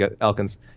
Elkins